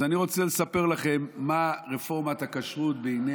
אז אני רוצה לספר לכם מה רפורמת הכשרות בעיני